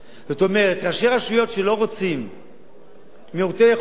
כלומר, ראשי רשויות שלא רוצים מעוטי יכולת,